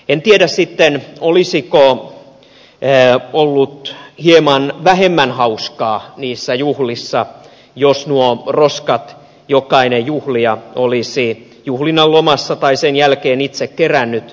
en tiedä sitten olisiko ollut hieman vähemmän hauskaa niissä juhlissa jos nuo roskat jokainen juhlija olisi juhlinnan lomassa tai sen jälkeen itse kerännyt